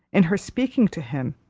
in her speaking to him,